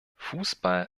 fußball